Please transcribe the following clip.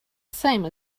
same